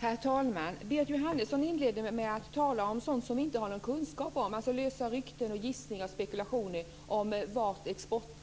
Herr talman! Berit Jóhannesson inledde med att tala om sådant som vi inte har någon kunskap om, alltså om vissa rykten, gissningar och spekulationer om vart export kan